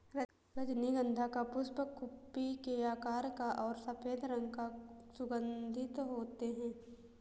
रजनीगंधा का पुष्प कुप्पी के आकार का और सफेद रंग का सुगन्धित होते हैं